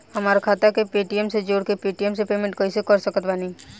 हमार खाता के पेटीएम से जोड़ के पेटीएम से पेमेंट कइसे कर सकत बानी?